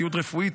ציוד רפואי,